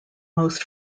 most